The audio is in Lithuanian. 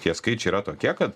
tie skaičiai yra tokie kad